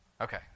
okay